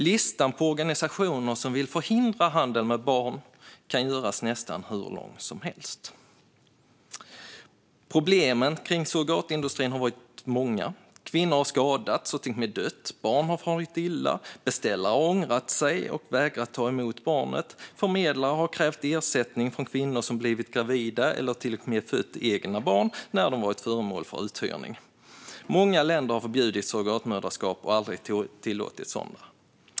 Listan på organisationer som vill förhindra handel med barn kan göras nästan hur lång som helst. Problemen kring surrogatindustrin har varit många. Kvinnor har skadats och till och med dött. Barn har farit illa. Beställare har ångrat sig och vägrat ta emot barnet. Förmedlare har krävt ersättning från kvinnor som blivit gravida eller till och med fött egna barn när de varit föremål för uthyrning. Många länder har förbjudit surrogatmoderskap och aldrig tillåtit sådana.